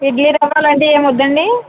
ఇడ్లీ రవ్వ అలాంటివి ఏమీ వద్దాండి